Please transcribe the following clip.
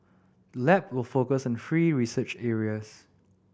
the lab will focus on three research areas